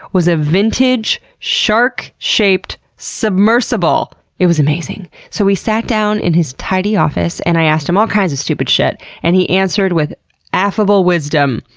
vintage shark-shaped submersible! it was amazing! so we sat down in his tidy office and i asked him all kinds of stupid shit and he answered with affable wisdom.